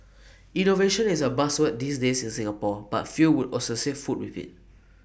innovation is A buzzword these days in Singapore but few would associate food with IT